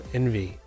envy